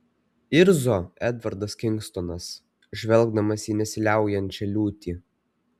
irzo edvardas kingstonas žvelgdamas į nesiliaujančią liūtį